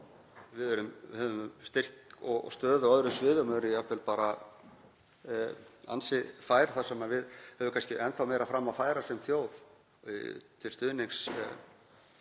Við höfum styrk og stöðu á öðrum sviðum, erum jafnvel bara ansi fær þar og höfum kannski enn þá meira fram að færa sem þjóð til stuðnings